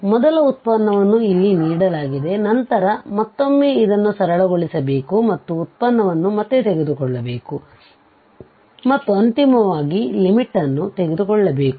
ಮೊದಲ ವ್ಯುತ್ಪನ್ನವನ್ನು ಇಲ್ಲಿ ನೀಡಲಾಗಿದೆ ನಂತರ ಮತ್ತೊಮ್ಮೆ ಇದನ್ನು ಸರಳಗೊಳಿಸಬೇಕು ಮತ್ತು ಉತ್ಪನ್ನವನ್ನು ಮತ್ತೊಮ್ಮೆ ತೆಗೆದುಕೊಳ್ಳಬೇಕು ಮತ್ತು ಅಂತಿಮವಾಗಿ ಲಿಮಿಟ್ ನ್ನು ತೆಗೆದುಕೊಳ್ಳಬೇಕು